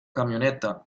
camioneta